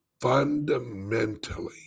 fundamentally